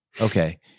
okay